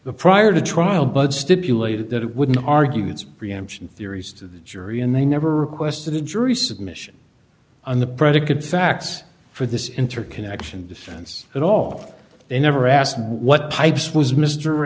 the prior to trial but stipulated that it wouldn't arguments preemption theories to the jury and they never requested a jury submission on the predicate facts for this interconnection defense at all they never asked what pipes was mr